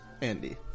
Andy